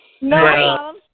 No